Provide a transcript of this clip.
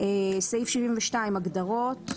"הגדרות,